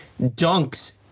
Dunks